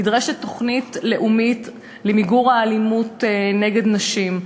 נדרשת תוכנית לאומית למיגור האלימות נגד נשים.